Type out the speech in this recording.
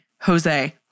Jose